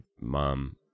mom